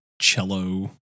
cello